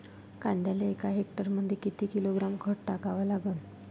कांद्याले एका हेक्टरमंदी किती किलोग्रॅम खत टाकावं लागन?